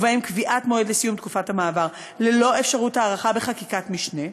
ובהם קביעת מועד לסיום תקופת המעבר ללא אפשרות הארכה בחקיקת משנה,